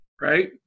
right